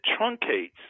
truncates